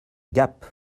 gap